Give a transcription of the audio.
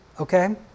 Okay